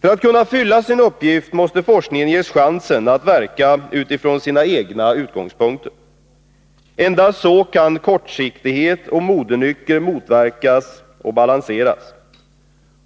För att kunna fylla sin uppgift måste forskningen ges chansen att verka utifrån sina egna utgångspunkter. Endast så kan kortsiktighet och modenycker motverkas och balanseras.